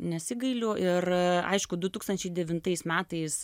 nesigailiu ir aišku du tūkstančiai devintais metais